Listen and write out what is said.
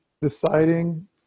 deciding